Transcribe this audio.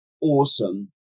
awesome